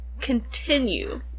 continue